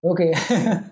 Okay